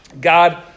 God